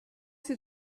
que